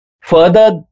Further